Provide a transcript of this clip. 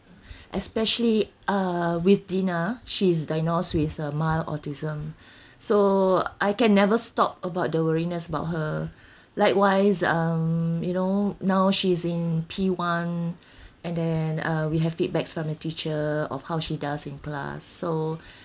especially uh with dina she's diagnosed with uh mild autism so I can never stop about the worriness about her likewise um you know now she's in P one and then uh we have feedbacks from the teacher of how she does in class so